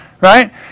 Right